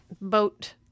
boat